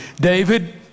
David